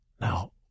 Now